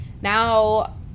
now